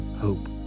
hope